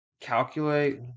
Calculate